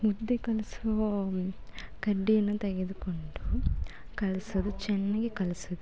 ಮುದ್ದೆ ಕಲ್ಸುವ ಕಡ್ಡಿಯನ್ನು ತೆಗೆದುಕೊಂಡು ಕಲ್ಸೊದು ಚೆನ್ನಾಗಿ ಕಲ್ಸಿದ್